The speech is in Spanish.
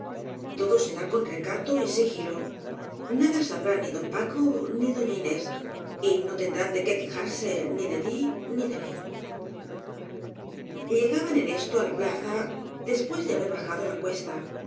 todo será con recato y si gilo nada sabrán ni don paco ni doña inés y no tendrán de qué quejarse ni de tí ni de mí llegaban en esto á la plaza después de haber bajado la cuesta